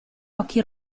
occhi